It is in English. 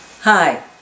Hi